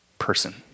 person